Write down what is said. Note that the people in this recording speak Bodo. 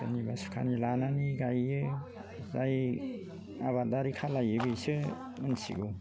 सोरनिबा सुखानि लानानै गायो जाय आबादारि खालामो बिसो मिथिगौ